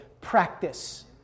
practice